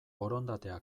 borondatea